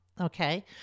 Okay